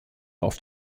auf